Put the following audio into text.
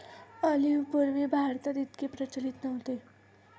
olive पूर्वी भारतात इतके प्रचलित नव्हते